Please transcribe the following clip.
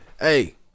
Hey